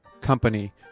company